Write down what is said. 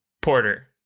Porter